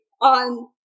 on